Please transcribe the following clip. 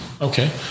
Okay